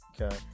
Okay